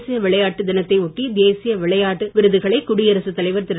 தேசிய விளையாட்டு தினத்தையொட்டி தேசிய விளையாட்டு விருதுகளை குடியரசுத்தலைவர் திரு